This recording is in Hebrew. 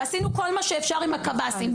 ועשינו כל מה שאפשר עם הקב״סים,